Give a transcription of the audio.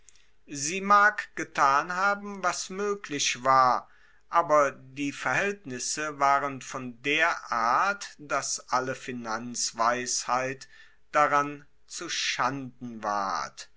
sie mag getan haben was moeglich war aber die verhaeltnisse waren von der art dass alle finanzweisheit daran zuschanden ward